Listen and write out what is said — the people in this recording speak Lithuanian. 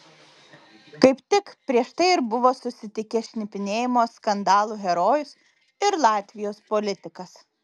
kaip tik prieš tai ir buvo susitikę šnipinėjimo skandalų herojus ir latvijos politikas